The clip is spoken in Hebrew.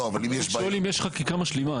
הוא שואל אם יש חקיקה משלימה.